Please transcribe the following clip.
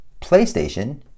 playstation